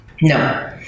No